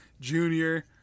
junior